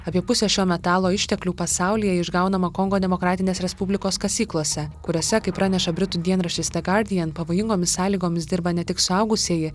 apie pusę šio metalo išteklių pasaulyje išgaunama kongo demokratinės respublikos kasyklose kuriose kaip praneša britų dienraštis the guardian pavojingomis sąlygomis dirba ne tik suaugusieji